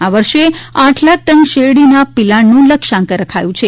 આ વર્ષે આઠ લાખ ટન શેરડીના પીલાણનું લક્ષ્યાંક રાખ્યું છે